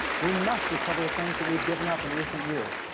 we must recover the things that we've given up in recent years.